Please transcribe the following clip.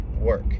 work